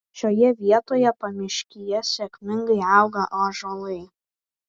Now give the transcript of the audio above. šioje vietoje pamiškyje sėkmingai auga ąžuolai